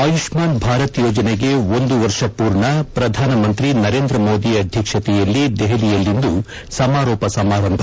ಆಯುಷ್ಮಾನ್ ಭಾರತ್ ಯೋಜನೆಗೆ ಒಂದು ವರ್ಷ ವೂರ್ಣ ವ್ರಧಾನಮಂತಿ ನರೇಂದ ಮೋದಿ ಅಧ್ಯಕ್ಷತೆಯಲ್ಲಿ ದೆಹಲಿಯಲ್ಲಿಂದು ಸಮಾರೋಪ ಸಮಾರಂಭೆ